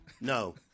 No